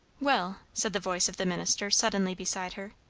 well! said the voice of the minister suddenly beside her,